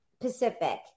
Pacific